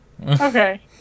Okay